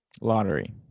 Lottery